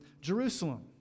Jerusalem